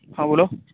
હા બોલો